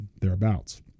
thereabouts